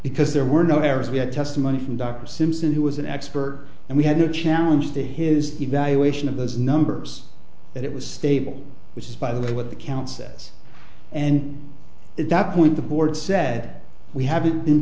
because there were no errors we had testimony from dr simpson who was an expert and we had to challenge the his evaluation of those numbers that it was stable which is by the way what the council says and at that point the board said we haven't been